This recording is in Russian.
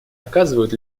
оказывают